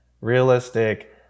Realistic